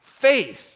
faith